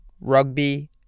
rugby